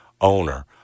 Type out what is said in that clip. owner